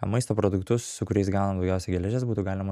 maisto produktus su kuriais gaunam daugiausia geležies būtų galima